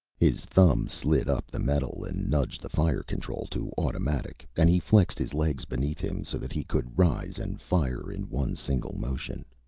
his thumb slid up the metal and nudged the fire control to automatic and he flexed his legs beneath him so that he could rise and fire in one single motion.